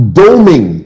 doming